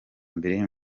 mbere